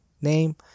name